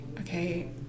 okay